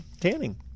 tanning